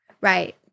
Right